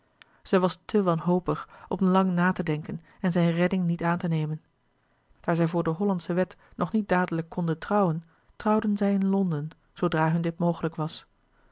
zij was te wanhopig om lang na te denken en zijne redding niet aan te nemen daar zij voor de hollandsche wet nog niet dadelijk konden trouwen trouwden zij in londen zoodra hun dit mogelijk was